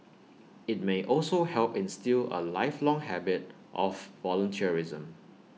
IT may also help instil A lifelong habit of volunteerism